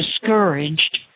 discouraged